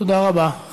תודה רבה.